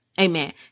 Amen